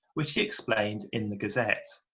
which he explained in the gazette.